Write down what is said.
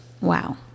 Wow